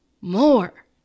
more